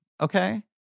Okay